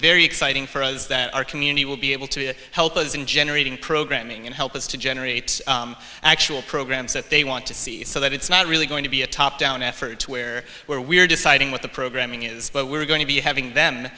very exciting for us that our community will be able to help those in generating programming and help us to generate actual programs that they want to see so that it's not really going to be a top down effort where where we're deciding what the programming is but we're going to be having them